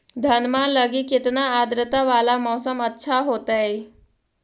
धनमा लगी केतना आद्रता वाला मौसम अच्छा होतई?